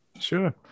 sure